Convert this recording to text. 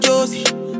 Josie